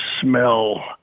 smell